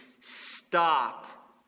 stop